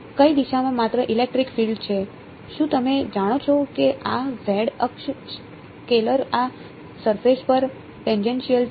કઈ દિશામાં માત્ર ઇલેક્ટ્રિક ફીલ્ડ છે શું તમે જાણો છો કે આ z અક્ષ સ્કેલર આ સરફેશ પર ટેનજેનશીયલ છે